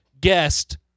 guest